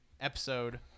episode